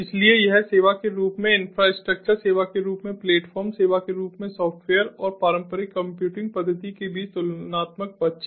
इसलिए यह सेवा के रूप में इन्फ्रास्ट्रक्चर सेवा के रूप में प्लेटफ़ॉर्म सेवा के रूप में सॉफ्टवेयर और पारंपरिक कंप्यूटिंग पद्धति के बीच तुलनात्मक पक्ष है